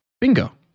Bingo